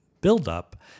buildup